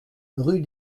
rue